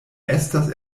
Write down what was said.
estas